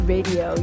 Radio